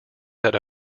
that